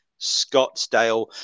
Scottsdale